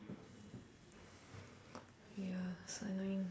ya so annoying